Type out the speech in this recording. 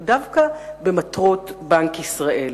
הוא דווקא במטרות בנק ישראל.